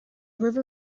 river